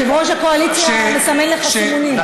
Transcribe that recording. יושב-ראש הקואליציה מסמן לך סימונים.